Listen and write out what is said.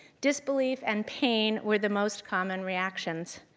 disbelief and pain were the most common reactions.